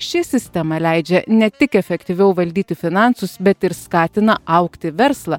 ši sistema leidžia ne tik efektyviau valdyti finansus bet ir skatina augti verslą